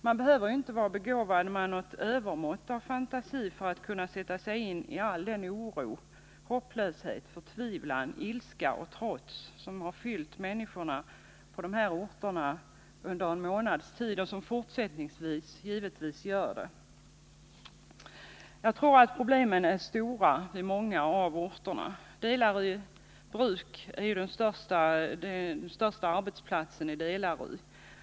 Man behöver inte vara begåvad med något övermått av fantasi för att kunna sätta sig in i all den oro, hopplöshet, förtvivlan, ilska och trots som har fyllt människorna på dessa orter under en månads tid och som givetvis gör det även fortsättningsvis. Jag tror att problemen är stora på många av orterna. Delary bruk är den största arbetsplatsen på sin ort.